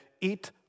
eat